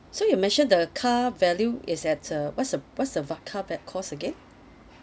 so you mention the car value is at uh what's the what's the cost again